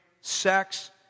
sex